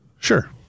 Sure